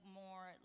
more